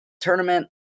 tournament